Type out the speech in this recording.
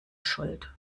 schuld